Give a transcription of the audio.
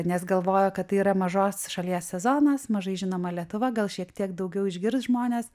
nes galvojo kad tai yra mažos šalies sezonas mažai žinoma lietuva gal šiek tiek daugiau išgirs žmonės